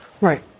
Right